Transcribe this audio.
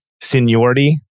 seniority